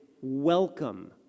welcome